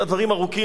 דברים ארוכים,